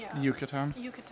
yucatan